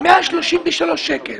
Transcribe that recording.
מ-133 שקל